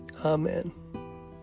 Amen